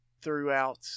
throughout